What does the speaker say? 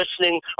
listening